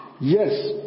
yes